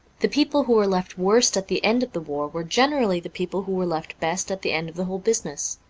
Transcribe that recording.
the people who were left worst at the end of the war were generally the people who were left best at the end of the whole business.